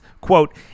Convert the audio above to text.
quote